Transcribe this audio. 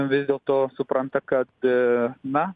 vis dėlto supranta kad na